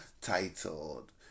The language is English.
titled